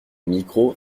micros